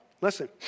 listen